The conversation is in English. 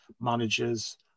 managers